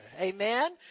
amen